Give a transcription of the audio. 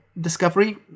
Discovery